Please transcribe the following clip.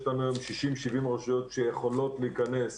יש לנו היום 60, 70 רשויות שיכולות להיכנס